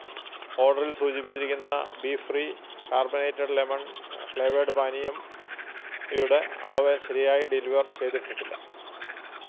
ഓർഡറിൽ സൂചിപ്പിച്ചിരിക്കുന്ന ബീഫ്രീ കാർബണേറ്റഡ് ലെമൺ ഫ്ലേവേഡ് പാനീയം യുടെ അളവ് ശരിയായി ഡെലിവർ ചെയ്തിട്ടില്ല